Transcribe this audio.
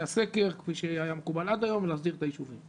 הסקר כפי שהיה מקובל עד היום ולהסדיר את הישובים.